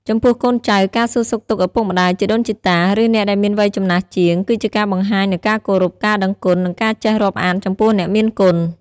ចំពោះកូនចៅ ការសួរសុខទុក្ខឪពុកម្តាយ ជីដូនជីតា ឬអ្នកដែលមានវ័យចំណាស់ជាង គឺជាការបង្ហាញនូវការគោរព ការដឹងគុណ និងការចេះរាប់អានចំពោះអ្នកមានគុណ។